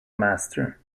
master